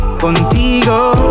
Contigo